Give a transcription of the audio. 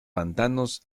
pantanos